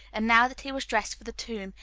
and now that he was dressed for the tomb,